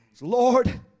Lord